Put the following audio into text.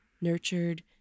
nurtured